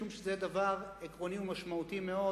משום שזה דבר עקרוני ומשמעותי מאוד,